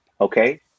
Okay